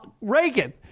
Reagan